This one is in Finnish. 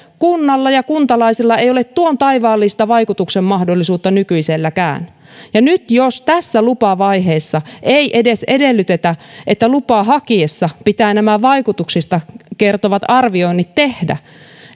kunnalla ja kuntalaisilla ei ole tuon taivaallista vaikutuksen mahdollisuutta nykyiselläkään ja nyt jos tässä lupavaiheessa ei edes edellytetä että lupaa hakiessaan pitää vaikutuksista kertovat arvioinnit tehdä